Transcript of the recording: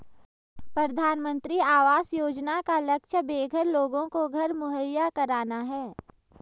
प्रधानमंत्री आवास योजना का लक्ष्य बेघर लोगों को घर मुहैया कराना है